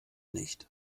nicht